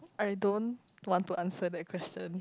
I don't want to answer that question